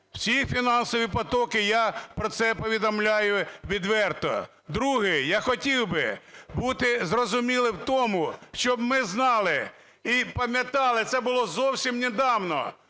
всі фінансові потоки, я про це повідомляю відверто. Друге. Я хотів би бути зрозумілим в тому, щоб ми знали і пам'ятали, це було зовсім недавно,